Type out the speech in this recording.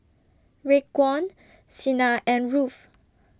Raekwon Sina and Ruthe